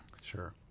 Sure